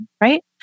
Right